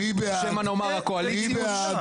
או שמא נאמר הקואליציוש?